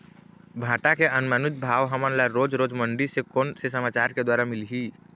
भांटा के अनुमानित भाव हमन ला रोज रोज मंडी से कोन से समाचार के द्वारा मिलही?